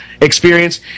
experience